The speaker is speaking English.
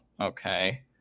okay